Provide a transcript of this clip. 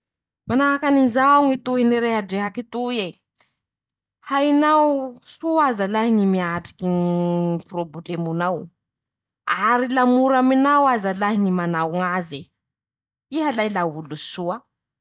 Manahaky anizao ñy tohiny ñy rehadrehaky toy e: -"Hainao soa aza lahy ñy miatriky ñy prôbolemonao o!ary la mora aminao aza lahy ñy manao ñ'azy e ;iha lay la olo soa ".